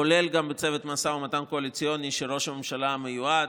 כולל גם בצוות משא ומתן קואליציוני של ראש הממשלה המיועד.